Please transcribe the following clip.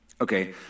Okay